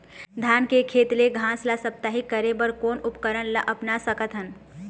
धान के खेत ले घास ला साप्ताहिक करे बर कोन उपकरण ला अपना सकथन?